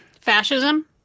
fascism